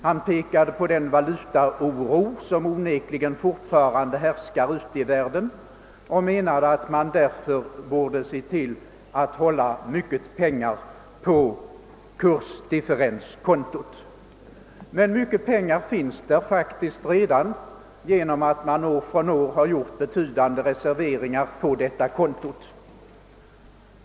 Han pekade på den valutaoro, som onekligen fortfarande härskar ute i världen, och ansåg att man därför borde se till att hålla mycket pengar på kursdifferenskontot. Men mycket pengar finns där faktiskt redan, eftersom man år efter år gjort betydande reserveringar på detta konto.